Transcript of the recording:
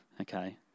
okay